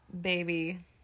baby